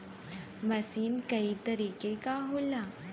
मसीन कई तरीके क होला